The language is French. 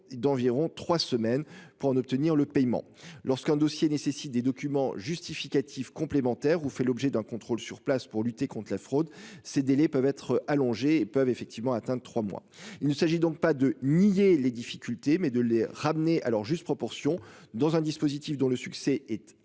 d'environ 3 semaines pour obtenir le paiement lorsqu'un dossier nécessite des documents justificatifs complémentaires ou fait l'objet d'un contrôle sur place pour lutter contre la fraude. Ces délais peuvent être allongé peuvent effectivement atteint 3 mois. Il s'agit donc pas de nier les difficultés, mais de les ramener à leur juste proportion dans un dispositif dont le succès est